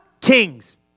Kings